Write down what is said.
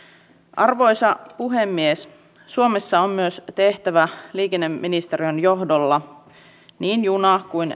arvoisa puhemies suomessa on myös tehtävä liikenneministeriön johdolla niin juna kuin